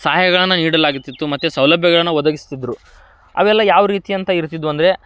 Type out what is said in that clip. ಸಹಾಯಗಳನ್ನು ನೀಡಲಾಗುತ್ತಿತ್ತು ಮತ್ತು ಸೌಲಭ್ಯಗಳನ್ನ ಒದಗಿಸ್ತಿದ್ದರು ಅವೆಲ್ಲ ಯಾವ ರೀತಿ ಅಂತ ಇರ್ತಿದ್ದವು ಅಂದರೆ